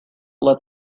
let